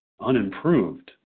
unimproved